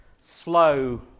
slow